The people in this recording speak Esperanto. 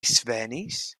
svenis